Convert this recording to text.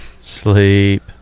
Sleep